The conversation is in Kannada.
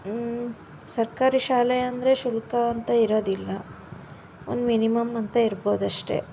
ಸರ್ಕಾರಿ ಶಾಲೆ ಅಂದರೆ ಶುಲ್ಕ ಅಂತ ಇರೋದಿಲ್ಲ ಒಂದು ಮಿನಿಮಮ್ ಅಂತ ಇರ್ಬೋದು ಅಷ್ಟೆ